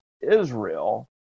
Israel